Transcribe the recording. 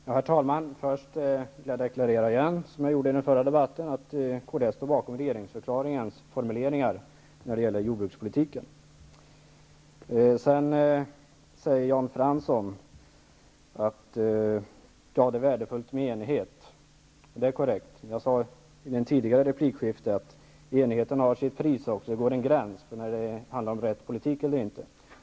Herr talman! Först deklarerar jag igen att kds står bakom regeringsförklaringens formuleringar när det gäller jordbrukspolitiken. Jan Fransson säger att det hade varit värdefullt med enighet. Det är korrekt. Jag sade i en tidigare replik att enighet har också sitt pris. Det går en gräns för när det handlar om rätt politik eller inte.